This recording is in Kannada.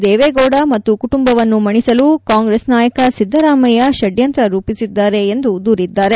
ದೇವೇಗೌಡ ಮತ್ತು ಕುಟುಂಬವನ್ನು ಮಣಿಸಲು ಕಾಂಗ್ರೆಸ್ ನಾಯಕ ಸಿದ್ದರಾಮಯ್ಯ ಷದ್ಯಂತ್ರ ರೂಪಿಸಿದ್ದಾರೆ ಎಂದು ದೂರಿದ್ದಾರೆ